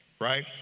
right